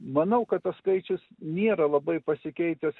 manau kad tas skaičius nėra labai pasikeitęs